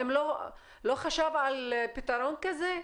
לא חשב על פתרון כזה?